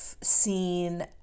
seen